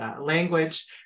language